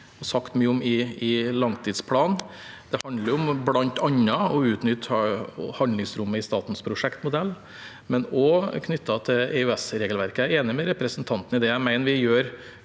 vi jo sagt mye om i langtidsplanen. Det handler bl.a. om å utnytte handlingsrommet i statens prosjektmodell, men det er også knyttet til EØSregelverket. Jeg er enig med representanten i det, og jeg